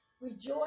Rejoice